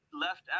left